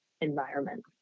environment